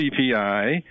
CPI